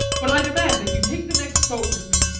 but i demand that you take the next boat with me!